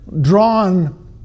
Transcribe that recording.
drawn